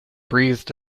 breathed